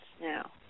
now